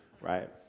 right